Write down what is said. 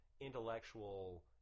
intellectual